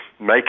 make